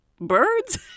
Birds